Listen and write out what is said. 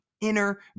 inner